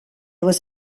was